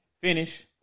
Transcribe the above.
Finish